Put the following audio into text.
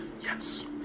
Yes